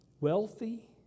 wealthy